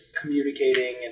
communicating